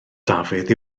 dafydd